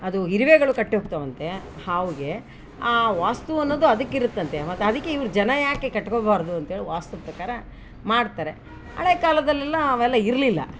ಅದು ಇರುವೆಗಳು ಕಟ್ಟಿ ಹೋಗ್ತಾವಂತೇ ಹಾವಿಗೇ ವಾಸ್ತು ಅನ್ನೋದು ಅದಕ್ಕೆ ಇರುತ್ತಂತೆ ಮತ್ತು ಅದಕ್ಕೆ ಇವ್ರು ಜನ ಯಾಕೆ ಕಟ್ಕೋಬಾರದು ಅಂತೇಳಿ ವಾಸ್ತು ಪ್ರಕಾರ ಮಾಡ್ತರೆ ಹಳೇ ಕಾಲದಲ್ಲೆಲ್ಲಾ ಅವೆಲ್ಲ ಇರಲಿಲ್ಲ